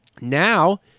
now